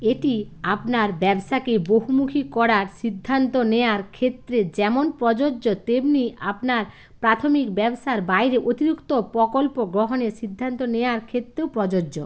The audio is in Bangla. এটি আপনার ব্যবসাকে বহুমুখী করার সিদ্ধান্ত নেওয়ার ক্ষেত্রে যেমন প্রযোজ্য তেমনি আপনার প্রাথমিক ব্যবসার বাইরে অতিরিক্ত প্রকল্প গ্রহণের সিদ্ধান্ত নেওয়ার ক্ষেত্রেও প্রযোজ্য